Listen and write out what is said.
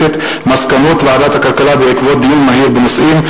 מסקנות ועדת הכלכלה בעקבות דיון מהיר בנושאים: